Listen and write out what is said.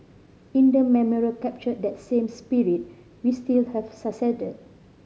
in the memorial captured that same spirit we still have succeeded